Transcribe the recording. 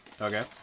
Okay